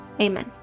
amen